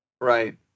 Right